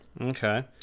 Okay